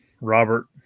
Robert